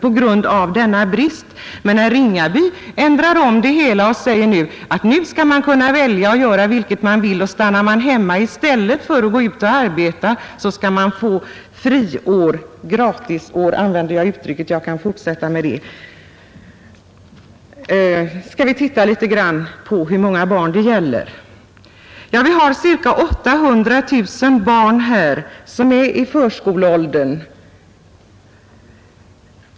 Men herr Ringaby ändrar det hela och säger att nu skall man kunna välja det man vill göra. Stannar man hemma i stället för att gå ut och arbeta, skall man få friår — ja, jag använde tidigare uttrycket ”gratisår” och kan fortsätta med det. Vi skall sedan se litet på hur många barn det gäller. Vi har ungefär 800 000 barn som är i förskoleåldern.